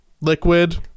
Liquid